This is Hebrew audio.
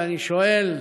ואני שואל,